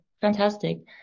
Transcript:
Fantastic